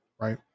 right